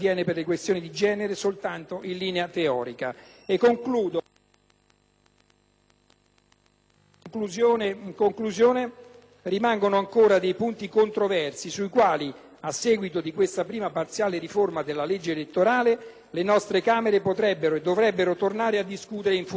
In conclusione, rimangono ancora dei punti controversi su cui, a seguito di questa prima parziale riforma della legge elettorale, le nostre Camere potrebbero e dovrebbero tornare a discutere in futuro, perché la rappresentanza politica costituisce l'elemento chiave del futuro di un'effettiva comunità dei popoli e